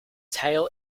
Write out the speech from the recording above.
tail